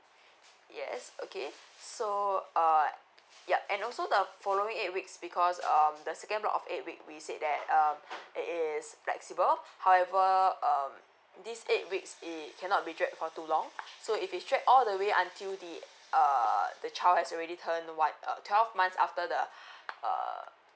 yes okay so uh yup and also the following eight weeks because um the second block of eight week we said that um it is flexible however um this eight weeks it cannot be dragged for too long so if it's dragged all the way until the err the child has already turned one uh twelve months after the err